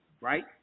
right